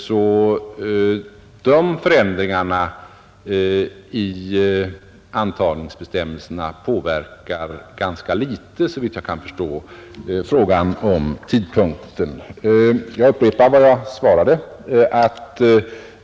Dessa förändringar i antagningsbestämmelserna påverkar såvitt jag kan förstå frågan om tidpunkten ganska litet. Jag upprepar vad jag svarade.